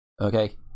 Okay